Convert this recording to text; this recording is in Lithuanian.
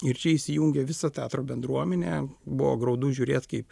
ir čia įsijungė visa teatro bendruomenė buvo graudu žiūrėt kaip